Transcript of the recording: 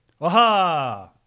Aha